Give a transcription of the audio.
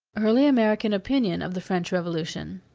early american opinion of the french revolution.